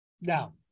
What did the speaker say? Now